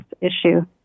issue